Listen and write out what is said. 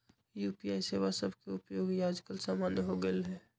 UPI सेवा सभके उपयोग याजकाल सामान्य हो गेल हइ